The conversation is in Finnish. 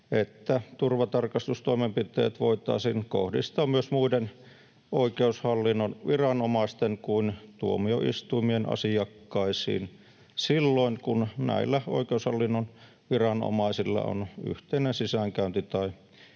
että turvatarkastustoimenpiteet voitaisiin kohdistaa myös muiden oikeushallinnon viranomaisten kuin tuomioistuimien asiakkaisiin silloin, kun näillä oikeushallinnon viranomaisilla on yhteinen sisäänkäynti